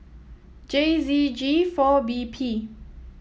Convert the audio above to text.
J Z G four B P